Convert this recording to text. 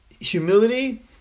Humility